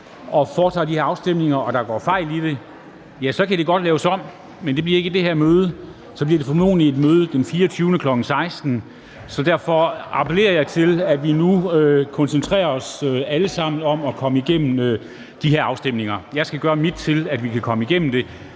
at foretage de her afstemninger og der går fejl i det, godt kan laves om, men at det så ikke bliver i det her møde, men formodentlig i et møde den 24., kl. 16.00. Derfor appellerer jeg til, at vi nu alle sammen koncentrerer os om at komme igennem de her afstemninger. Jeg skal gøre mit til, at vi kan komme igennem det,